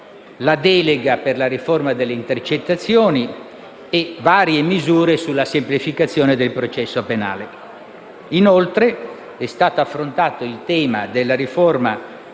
la delega per la riforma delle intercettazioni e varie misure sulla semplificazione del processo penale. Inoltre, è stato affrontato il tema della riforma